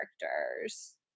characters